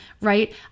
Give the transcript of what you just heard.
right